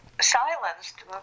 silenced